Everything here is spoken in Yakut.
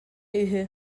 үһү